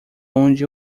onde